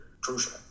crucial